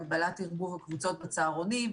הגבלת ערבוב הקבוצות בצהרונים.